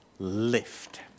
Lift